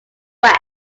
west